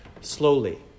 slowly